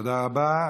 תודה רבה.